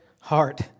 heart